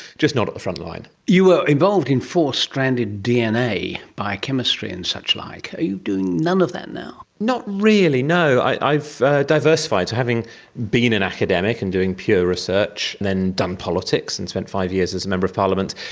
just not at the front-line. you were involved in four stranded dna, biochemistry and suchlike. are you doing none of that now? not really, no. i've diversified. so having been an academic and doing pure research, then done politics and spent five years as a member of parliament,